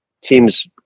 teams